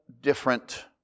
different